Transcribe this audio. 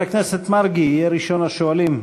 חבר הכנסת מרגי יהיה ראשון השואלים,